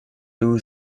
two